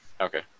okay